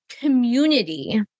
community